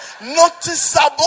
noticeable